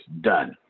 done